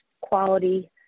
quality